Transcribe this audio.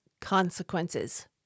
consequences